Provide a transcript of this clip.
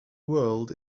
world